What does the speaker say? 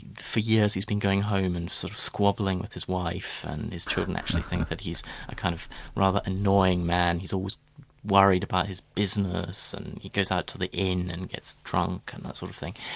for years he's been going home and sort of squabbling with his wife and his children actually think that he's a kind of rather annoying man he's always worried about his business, and he goes out to the inn and gets drunk and that sort of thing.